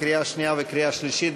לקריאה שנייה וקריאה שלישית.